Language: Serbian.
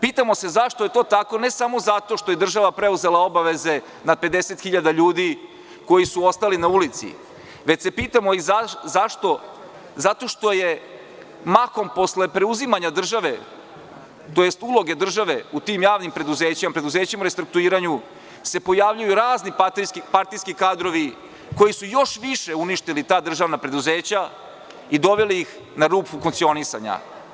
Pitamo se zašto je to tako, ne samo zato što je država preuzela obaveze na 50.000 ljudi koji su ostali na ulici, već se pitamo i zato što se mahom posle preuzimanja države, tj. uloge države u tim javnim preduzećima, preduzećima u restrukturiranju, pojavljuju razni partijski kadrovi koji su još više uništili ta državna preduzeća i doveli ih na rub funkcionisanja.